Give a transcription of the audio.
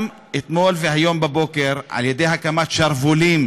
גם אתמול והיום בבוקר, על ידי הקמת שרוולים